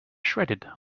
shredded